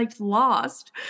Lost